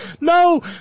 No